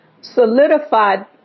solidified